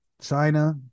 China